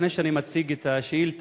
לפני שאני מציג את השאילתא,